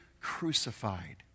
crucified